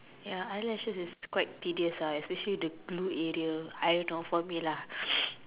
ya eyelashes is quite tedious ah especially the glue area I don't know for me lah